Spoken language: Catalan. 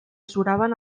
suraven